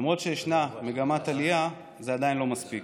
למרות שישנה מגמת עלייה, זה עדיין לא מספיק.